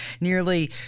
Nearly